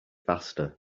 faster